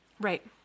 Right